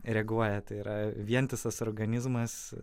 reaguoja tai yra vientisas organizmas